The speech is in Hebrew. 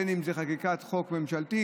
בין אם זו חקיקת חוק ממשלתית,